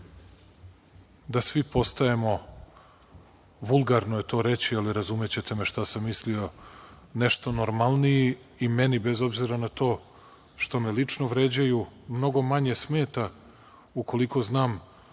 da svi postajemo, vulgarno je to reći, ali razumećete me šta sam mislio, nešto normalniji. Meni, bez obzira na to što me lično vređaju, mnogo manje smeta ukoliko znam